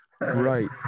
right